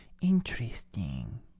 Interesting